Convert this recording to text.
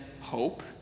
hope